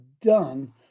done